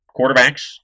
Quarterbacks